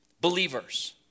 Believers